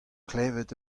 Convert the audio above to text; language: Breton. klevet